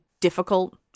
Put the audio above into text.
difficult